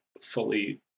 fully